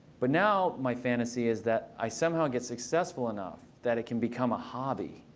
but now my fantasy is that i somehow get successful enough that it can become a hobby.